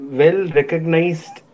well-recognized